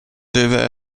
deve